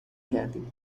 کردیم